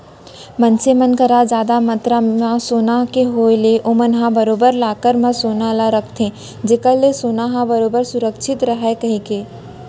मनसे मन करा जादा मातरा म सोना के होय ले ओमन ह बरोबर लॉकर म सोना ल रखथे जेखर ले सोना ह बरोबर सुरक्छित रहय कहिके